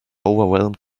overwhelmed